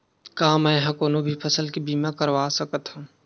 का मै ह कोनो भी फसल के बीमा करवा सकत हव?